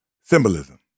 Symbolism